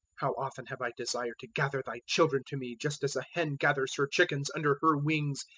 how often have i desired to gather thy children to me, just as a hen gathers her chickens under her wings,